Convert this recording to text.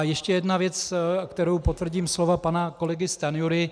Ještě jedna věc, kterou potvrdím slova pana kolegy Stanjury.